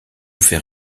fait